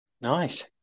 Nice